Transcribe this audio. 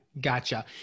gotcha